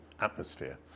atmosphere